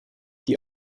die